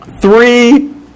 three